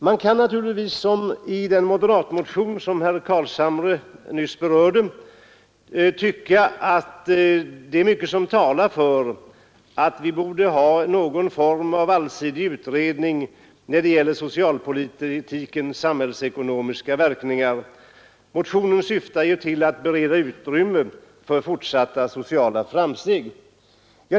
Man kan naturligtvis, såsom sker i den moderatmotion som herr Carlshamre nyss berörde, säga att det är mycket som talar för att vi borde ha någon form av allsidig utredning angående socialpolitikens samhällsekonomiska verkningar. Motionen syftar ju till att bereda Utrymme för fortsatta sociala framsteg.